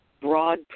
broad